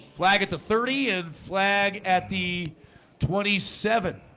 flag at the thirty and flag at the twenty seven